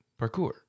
parkour